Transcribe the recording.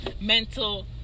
mental